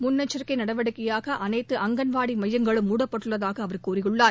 முன்னெச்சரிக்கை நடவடிக்கையாக அனைத்து அங்கன்வாடி மையங்களும் மூடப்பட்டுள்ளதாக அவர் கூறியுள்ளார்